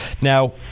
now